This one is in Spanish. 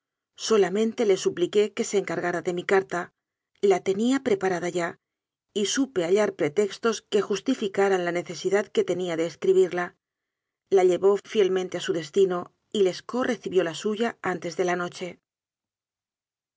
solamente le supliqué que se encargara de mi carta la tenía preparada ya y supe hallar pretextos que justifi caran la necesidad que tenía de escribirla la llevó fielmente a su destino y lescaut recibió la suya antes de la noche